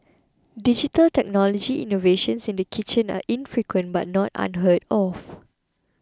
digital technology innovations in the kitchen are infrequent but not unheard of